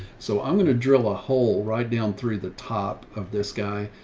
so i'm going to drill a hole right down through the top of this guy.